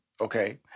Okay